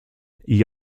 gli